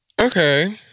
Okay